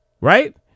Right